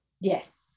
yes